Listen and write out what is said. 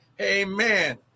Amen